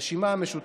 הרשימה המשותפת,